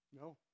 No